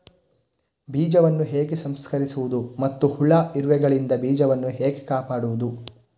ಬೀಜವನ್ನು ಹೇಗೆ ಸಂಸ್ಕರಿಸುವುದು ಮತ್ತು ಹುಳ, ಇರುವೆಗಳಿಂದ ಬೀಜವನ್ನು ಹೇಗೆ ಕಾಪಾಡುವುದು?